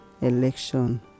election